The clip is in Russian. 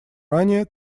ранее